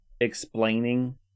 explaining